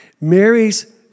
Mary's